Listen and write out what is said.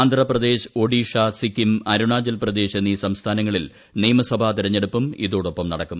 ആന്ധ്ര പ്രദേശ് ഒഡീഷ സിക്കിം അരുണാചൽ പ്രദേശ് എന്നീ സംസ്ഥാനങ്ങളിൽ നിയമസഭാ തെരഞ്ഞെടുപ്പും ഇതോടൊപ്പം നടക്കും